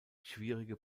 schwierige